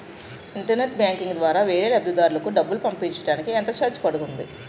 Internet banking ద్వారా వేరే లబ్ధిదారులకు డబ్బులు పంపించటానికి ఎంత ఛార్జ్ పడుతుంది?